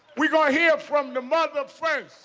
we're gonna hear from the mother first.